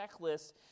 checklist